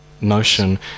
Notion